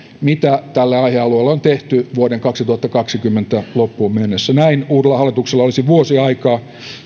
mitä tälle aihealueelle on tehty vuoden kaksituhattakaksikymmentä loppuun mennessä näin uudella hallituksella olisi vuosi aikaa